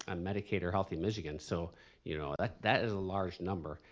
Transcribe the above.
um medicaid or healthy michigan so you know that that is a large number.